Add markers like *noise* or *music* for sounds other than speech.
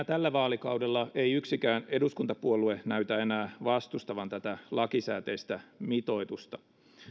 *unintelligible* tällä vaalikaudella ei yksikään eduskuntapuolue näytä enää vastustavan tätä lakisääteistä mitoitusta